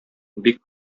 бик